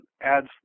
adds